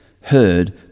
heard